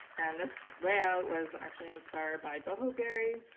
and this layout was actually inspired by boho berry.